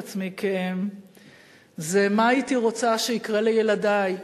עצמי כאם זה מה הייתי רוצה שיקרה לילדי.